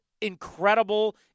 incredible